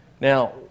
Now